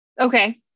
okay